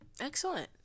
Excellent